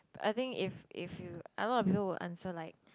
I think if if you a lot of people will answer like